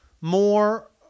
more